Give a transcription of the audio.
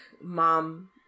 mom